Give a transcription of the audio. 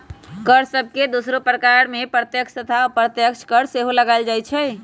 कर सभके दोसरो प्रकार में प्रत्यक्ष तथा अप्रत्यक्ष कर सेहो लगाएल जाइ छइ